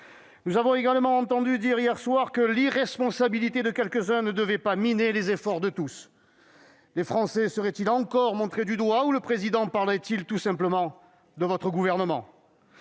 Nous avons également entendu dire hier soir que « l'irresponsabilité de quelques-uns ne doit pas miner les efforts de tous ». Les Français seraient-ils encore montrés du doigt, ou le Président parlait-il tout simplement de votre gouvernement ?